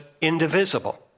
indivisible